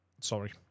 Sorry